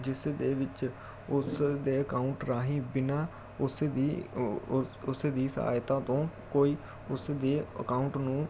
ਜਿਸ ਦੇ ਵਿੱਚ ਉਸ ਦੇ ਅਕਾਊਂਟ ਰਾਹੀ ਬਿਨਾਂ ਉਸ ਦੀ ਉਸ ਦੀ ਸਹਾਇਤਾ ਤੋਂ ਕੋਈ ਉਸਦੇ ਅਕਾਊਂਟ ਨੂੰ